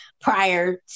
prior